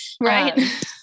right